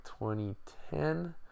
2010